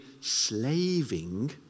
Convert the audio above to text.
slaving